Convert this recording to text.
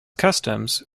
customs